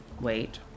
wait